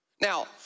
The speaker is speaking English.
Now